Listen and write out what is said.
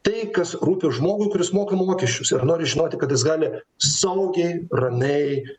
tai kas rūpi žmogui kuris moka mokesčius ir nori žinoti kad jis gali saugiai ramiai